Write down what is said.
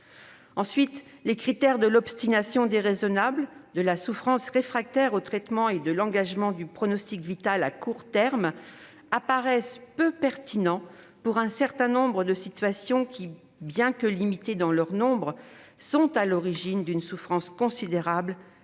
Ensuite, les critères de l'obstination déraisonnable, de la souffrance réfractaire aux traitements et de l'engagement du pronostic vital à court terme paraissent peu pertinents dans un certain nombre de situations qui, bien que limitées dans leur nombre, sont à l'origine d'une souffrance considérable